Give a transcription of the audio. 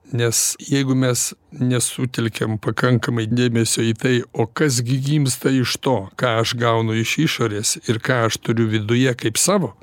nes jeigu mes nesutelkiam pakankamai dėmesio į tai o kas gi gimsta iš to ką aš gaunu iš išorės ir ką aš turiu viduje kaip savo